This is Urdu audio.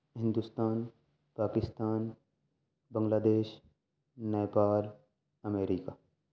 Hindustan Pakistan Bangladesh Nepal America